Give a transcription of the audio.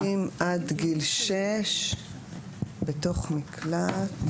ילדים עד גיל שש בתוך מקלט או מעון.